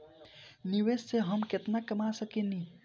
निवेश से हम केतना कमा सकेनी?